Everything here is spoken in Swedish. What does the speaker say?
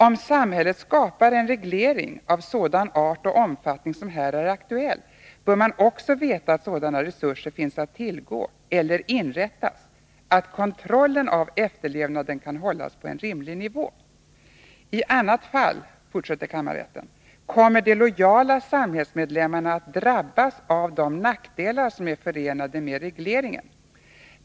Om samhället skapar en reglering av sådan art och omfattning som här är aktuell, bör man också veta att sådana resurser finns att tillgå eller inrättas, att kontrollen av efterlevnaden kan hållas på en rimlig nivå. I annat fall” fortsätter kammarrätten, ”kommer de lojala samhällsmedlemmarna att drabbas av de nackdelar som är förenade med regleringen.